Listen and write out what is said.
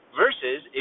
versus